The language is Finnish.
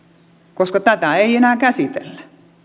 koska tätä ei enää käsitellä